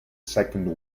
second